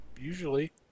Usually